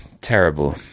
terrible